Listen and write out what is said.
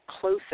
closer